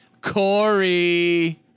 Corey